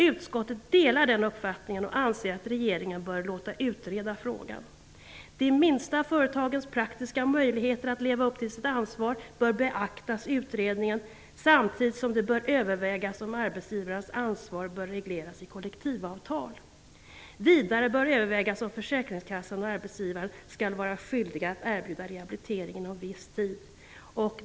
Utskottet delar den uppfattningen och anser att regeringen bör låta utreda frågan. De minsta företagens praktiska möjligheter att leva upp till sitt ansvar bör beaktas i utredningen samtidigt som det bör övervägas om arbetsgivarens ansvar bör regleras i kollektivavtal. Vidare bör övervägas om försäkringskassan och arbetsgivaren skall vara skyldiga att erbjuda rehabilitering inom viss tid.